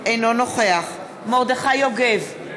אינו נוכח מרדכי יוגב,